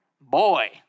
Boy